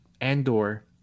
Andor